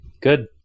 Good